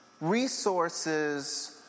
Resources